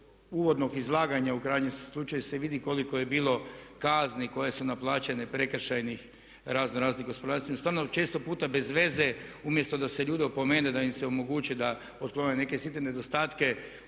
uvodnog izlaganja u krajnjem slučaju se vidi koliko je bilo kazni koje su naplaćene prekršajnih razno raznim gospodarstvenicima. Stvarno često puta bezveze umjesto da se ljude opomene da im se omogući da otklone neke sitne nedostatke